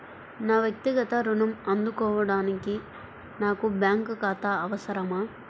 నా వక్తిగత ఋణం అందుకోడానికి నాకు బ్యాంక్ ఖాతా అవసరమా?